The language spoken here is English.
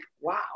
wow